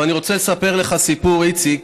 אבל אני רוצה לספר לך סיפור, איציק,